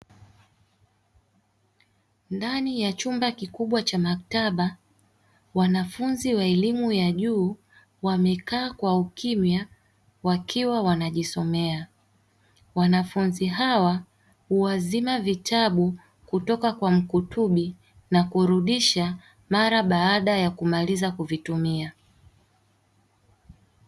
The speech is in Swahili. Ndani ya chumba kikubwa cha maktaba, wanafunzi wa elimu ya juu wamekaa kwa ukimya wakiwa wanajisomea. Wanafunzi hawa huazima vitabu kutoka kwa mkutubi na kurudisha mara baada ya kumaliza kuvitumia.